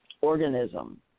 organism